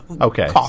Okay